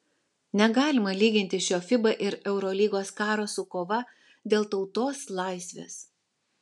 negalima lyginti šio fiba ir eurolygos karo su kova dėl tautos laisvės